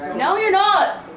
no you're not!